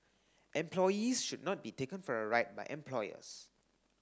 employees should not be taken for a ride by employers